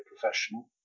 professional